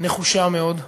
נחושה מאוד.